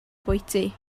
bwyty